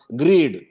greed